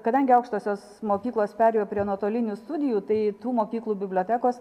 kadangi aukštosios mokyklos perėjo prie nuotolinių studijų tai tų mokyklų bibliotekos